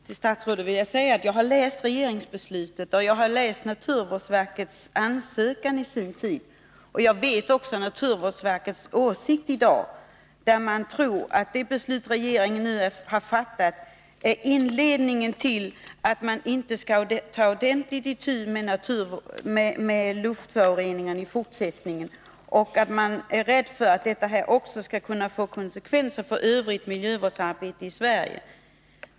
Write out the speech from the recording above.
Herr talman! Jag vill säga till statsrådet att jag har läst regeringsbeslutet, och jag har läst naturvårdsverkets ansökan. Jag vet också vilken åsikt naturvårdsverket har i dag. Man tror att det beslut som regeringen nu har fattat kommer att innebära att regeringen inte tar ordentligt itu med luftföroreningarna i fortsättningen. Man är rädd för att detta också skall få konsekvenser för övrigt miljövårdsarbete i Sverige.